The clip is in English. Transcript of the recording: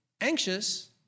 anxious